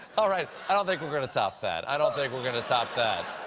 all right. i don't think we're going to top that. i don't think we're going to top that.